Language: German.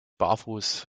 barfuß